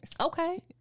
Okay